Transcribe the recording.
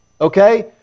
Okay